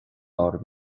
orm